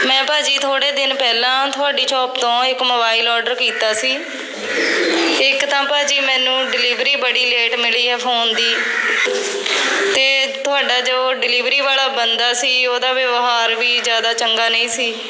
ਮੈਂ ਭਾਅ ਜੀ ਥੋੜ੍ਹੇ ਦਿਨ ਪਹਿਲਾਂ ਤੁਹਾਡੀ ਸ਼ੋਪ ਤੋਂ ਇੱਕ ਮੋਬਾਈਲ ਔਡਰ ਕੀਤਾ ਸੀ ਇੱਕ ਤਾਂ ਭਾਅ ਜੀ ਮੈਨੂੰ ਡਿਲੀਵਰੀ ਬੜੀ ਲੇਟ ਮਿਲੀ ਆ ਫ਼ੋਨ ਦੀ ਅਤੇ ਤੁਹਾਡਾ ਜੋ ਡਿਲੀਵਰੀ ਵਾਲਾ ਬੰਦਾ ਸੀ ਉਹਦਾ ਵਿਵਹਾਰ ਵੀ ਜ਼ਿਆਦਾ ਚੰਗਾ ਨਹੀਂ ਸੀ